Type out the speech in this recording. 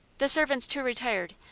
the servants, too, retired,